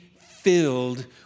filled